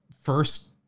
first